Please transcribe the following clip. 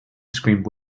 screamed